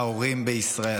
ההורים בישראל.